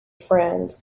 friend